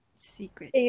secret